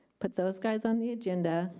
put those guys on the agenda,